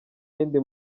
yindi